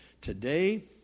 Today